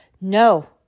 No